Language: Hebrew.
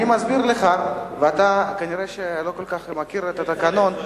אני מסביר לך ואתה כנראה לא כל כך מכיר את התקנון.